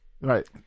Right